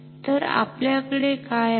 तर आपल्याकडे काय आहे